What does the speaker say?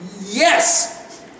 Yes